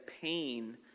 pain